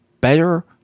better